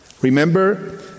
Remember